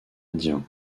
indien